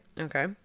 okay